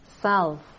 self